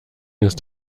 ist